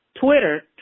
Twitter